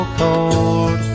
cold